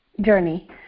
journey